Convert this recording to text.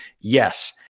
yes